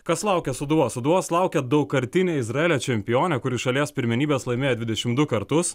kas laukia sūduvos sūduvos laukia daugkartinė izraelio čempionė kuri šalies pirmenybes laimėjo dvidešimt du kartus